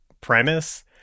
premise